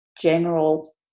general